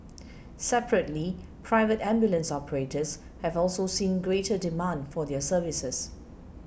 separately private ambulance operators have also seen greater demand for their services